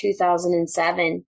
2007